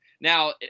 Now